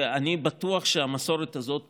ואני בטוח שהמסורת הזאת תימשך.